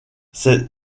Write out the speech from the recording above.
ces